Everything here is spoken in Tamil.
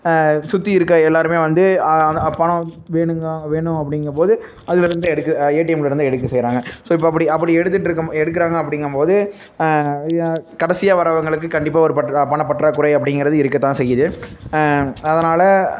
சுற்றி இருக்க எல்லாருமே வந்து பணம் வேணுங்க வேணும் அப்படிங்கும்போது அதிலருந்து எடுக்க ஏடிஎம்லேருந்து எடுக்க செய்கிறாங்க ஸோ இப்போ அப்படி அப்படி எடுத்துகிட்ருக்கும் எடுக்கிறாங்க அப்படிங்கும்போது கடைசியாக வரவங்களுக்கு கண்டிப்பாக ஒரு பற்றா பணப்பற்றாக்குறை அப்படிங்கிறது இருக்கத்தான் செய்யுது அதனால்